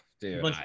dude